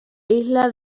isla